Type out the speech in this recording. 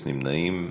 אין נמנעים.